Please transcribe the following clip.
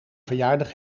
verjaardag